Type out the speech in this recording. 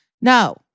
No